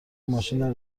ماشین